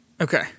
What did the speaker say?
Okay